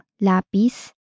lapis